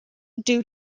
due